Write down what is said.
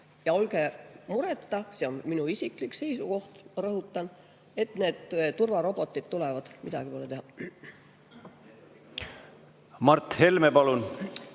Ja olge mureta, see on minu isiklik seisukoht, rõhutan, et need turvarobotid tulevad, midagi pole teha. Aitäh, lugupeetud